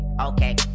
Okay